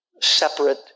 separate